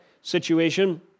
situation